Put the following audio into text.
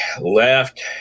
left